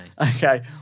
Okay